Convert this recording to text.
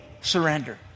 surrender